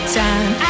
time